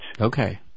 Okay